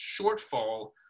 shortfall